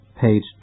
page